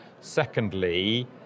Secondly